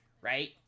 right